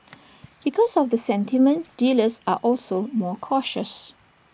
because of the sentiment dealers are also more cautious